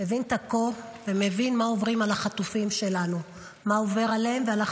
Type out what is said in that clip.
מבין את הקור ומבין מה עובר על החטופים שלנו ועל החטופות.